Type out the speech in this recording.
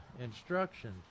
instructions